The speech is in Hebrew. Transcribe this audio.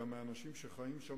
גם מהאנשים שחיים שם